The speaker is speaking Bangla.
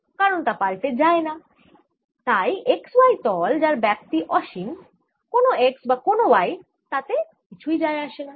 কারণ তা পাল্টে যায়না তাই x y তল যার ব্যাপ্তি অসীম কোন x বা কোন y তাতে কিছু যায় আসে না